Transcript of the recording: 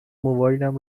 موبایلم